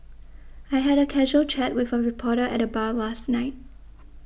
I had a casual chat with a reporter at the bar last night